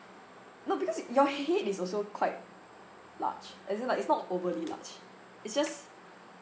no because your head is also quite large as in like it's not overly large it's just